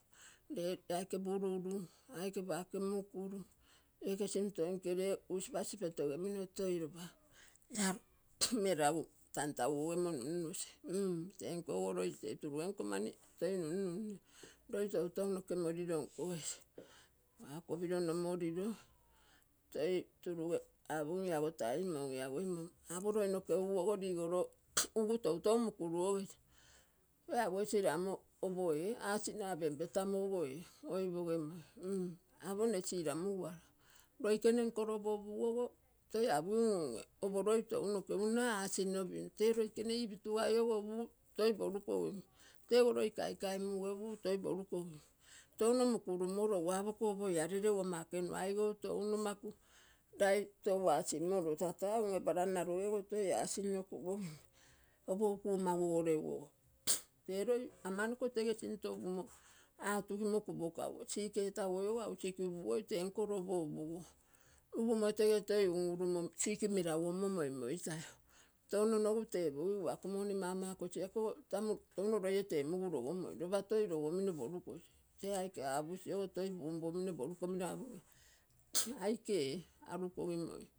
Ree aike pururuu, aike pake muguruu aike sinto nke usipasi pepogemino toi lopa taa meragu tanta kugokemo nunusi tee nko ogo loi tee turugenko mani toi nununai. Loi tatou noge molilo nkogesi lopa kopilo nomolilo toi turugee apogim ia ogo taa imon. Apo loi nke nguogo ligoloo ugu touton muguruogim. Toi apoc ree am opoee ac naa penpee, tamu ogo ee oipoge moi mm apo nne silamuguala. Loi gene nkoio opo upuguogo toi apogim ungee opo loi tounoge uuna ac nno pim tee loi gene ipitigai ogo upugu toi purugogim, tege loi kaikai muge upugu toi porugogim, tano mugumologuo apo guo opo ia reregu ama ekeuna. Aikou nomagu lai tou ac molo. Taa palan nalo gee ogo toi ac noo kupogim. Oponkuu magugoregu ogo ee loi ama noko tege sinto upumo kupogaguo. Sick etaguoi ogo hausik upugui tee nkoio opo upuguo. Upumo tege toi ununrum sick meragu onmo moimoi tai. Touno nogu tepogiguo ako moni mamagosi touno loi ee temugu logomoi lopa toi logo mino porugoc aike apuc ogo toi punpomino purugoc apokim aike ee arukogimoi.